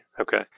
Okay